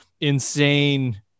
insane